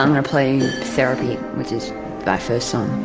um to play you therapy, which was my first song